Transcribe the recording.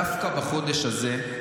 דווקא בחודש הזה,